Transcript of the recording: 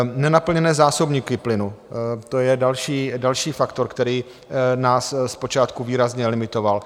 Nenaplněné zásobníky plynu, to je další faktor, který nás z počátku výrazně limitoval.